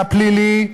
"פלילי".